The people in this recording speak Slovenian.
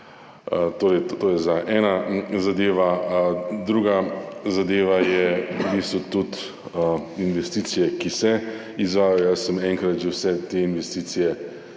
To je zdaj ena zadeva. Druga zadeva so tudi investicije, ki se izvajajo. Enkrat sem vse te investicije